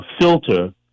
filter